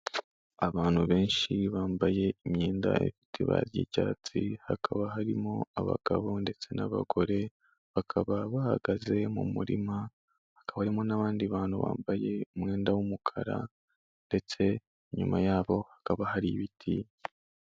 Abantu benshi bambaye imyenda ifite ibara ry'icyatsi, hakaba harimo abagabo ndetse n'abagore, bakaba bahagaze mu murima hakaba harimo n'abandi bantu bambaye umwenda w'umukara ndetse inyuma yabo hakaba hari ibiti.